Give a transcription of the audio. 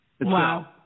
Wow